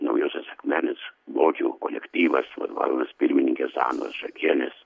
naujosios akmenės bočių kolektyvas vadovaujamas pirmininkės anos šakienės